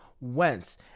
Wentz